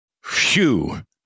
phew